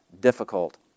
difficult